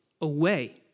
away